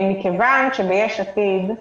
מכיוון שביש עתיד,